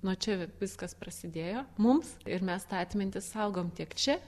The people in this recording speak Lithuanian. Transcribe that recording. nuo čia viskas prasidėjo mums ir mes tą atmintį saugom tiek čia